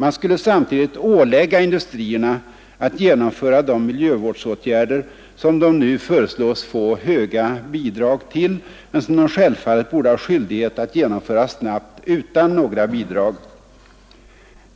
Man skulle samtidigt ålägga industrierna att genomföra de miljövårdsåtgärder, som de nu föreslås få höga bidrag till men som de självfallet borde ha skyldighet att genomföra snabbt utan några bidrag.